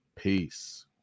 Peace